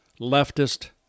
leftist